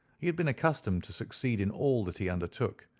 he had been accustomed to succeed in all that he undertook.